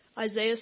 Isaiah